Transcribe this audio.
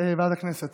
תעבור לוועדת הכנסת